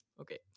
Okay